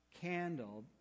candle